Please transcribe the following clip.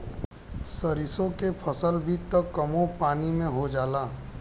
सरिसो के फसल भी त कमो पानी में हो जाला